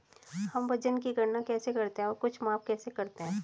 हम वजन की गणना कैसे करते हैं और कुछ माप कैसे करते हैं?